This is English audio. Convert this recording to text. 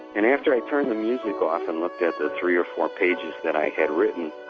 and after i turned the music off and looked at the three or four pages that i had written,